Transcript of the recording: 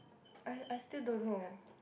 I I still don't know